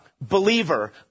believer